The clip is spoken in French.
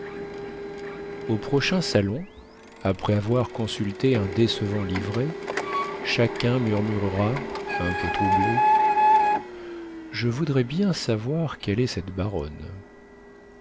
au prochain salon après avoir consulté un décevant livret chacun murmurera un peu troublé je voudrais bien savoir quelle est cette baronne